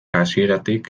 hasieratik